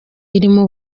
irimo